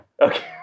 okay